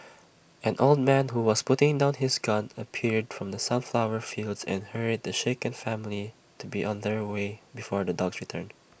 an old man who was putting down his gun appeared from the sunflower fields and hurried the shaken family to be on their way before the dogs return